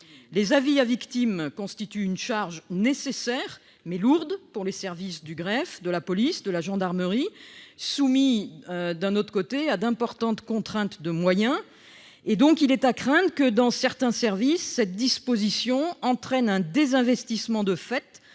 Les avis à victime constituent une charge nécessaire, mais lourde pour les services du greffe, de la police et de la gendarmerie, qui sont, par ailleurs, soumis à d'importantes contraintes en termes de moyens. Il est donc à craindre que, dans certains services, cette disposition n'entraîne un désinvestissement de fait